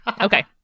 Okay